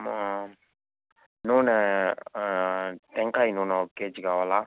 మా నూనె టెంకాయ నూనె ఒక కేజీ కావాలి